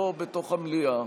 לא בתוך המליאה.